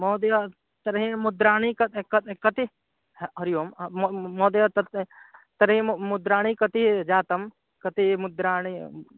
महोदया तर्हि मुद्राः कति कति कति हा हरिः ओं मम महोदया तत्र तर्हि मुद्राः मुद्राः कति जाताः कति मुद्राः